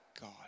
God